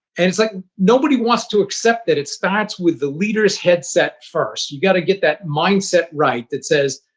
it's like nobody wants to accept that it starts with the leader's headset first. you've got to get that mindset right that says,